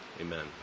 amen